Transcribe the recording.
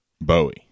Bowie